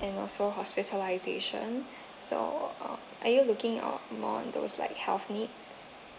and also hospitalisation so uh are you looking uh more on those like health needs